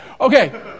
Okay